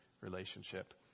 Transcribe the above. relationship